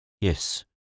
Yes